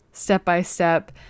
step-by-step